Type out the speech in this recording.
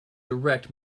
direct